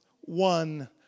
one